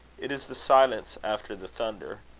it is the silence after the thunder.